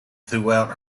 throughout